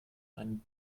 einen